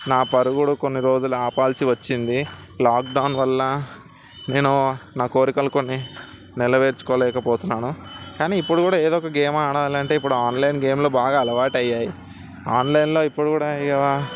నా పరుగులు కొన్ని రోజులు ఆపాల్సి వచ్చింది లాక్డౌన్ వల్ల నేను నా కోరికలు కొన్ని నెరవేర్చుకోలేకపోతున్నాను కానీ ఇప్పుడు కూడా ఎదో ఒక గేమ్ ఆడాలంటే ఇప్పుడు ఆన్లైన్ గేమ్లు బాగా అలవాటు అయ్యాయి ఆన్లైన్లో ఇప్పుడు కూడా ఏదో